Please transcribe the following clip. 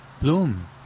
bloom